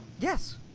Yes